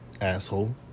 Asshole